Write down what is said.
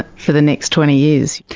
for the next twenty years.